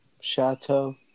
Chateau